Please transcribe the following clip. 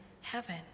heaven